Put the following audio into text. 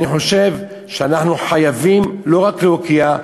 אני חושב שאנחנו חייבים לא רק להוקיע,